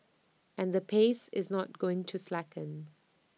and the pace is not going to slacken